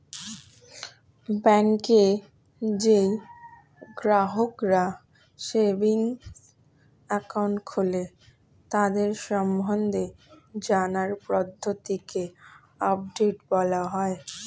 ব্যাংকে যেই গ্রাহকরা সেভিংস একাউন্ট খোলে তাদের সম্বন্ধে জানার পদ্ধতিকে আপডেট বলা হয়